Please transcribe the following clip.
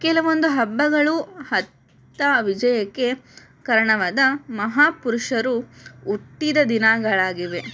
ಕೆಲವೊಂದು ಹಬ್ಬಗಳು ಹತ್ತ ವಿಜಯಕ್ಕೆ ಕಾರಣವಾದ ಮಹಾಪುರುಷರು ಹುಟ್ಟಿದ ದಿನಗಳಾಗಿವೆ